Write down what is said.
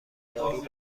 دارو